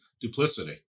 duplicity